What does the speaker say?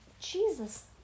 Jesus